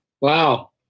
Wow